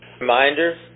Reminder